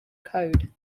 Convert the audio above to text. code